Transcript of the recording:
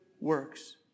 works